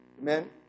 Amen